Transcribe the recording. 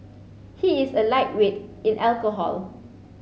he is a lightweight in alcohol